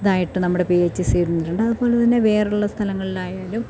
ഇതായിട്ട് നമ്മുടെ P H സിയിൽ നിന്നിട്ടുണ്ട് അതു പോലെ തന്നെ വേറെയുള്ള സ്ഥലങ്ങളിലായാലും